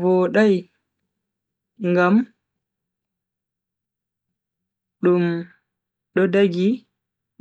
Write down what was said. Vodai, ngam dum do dagi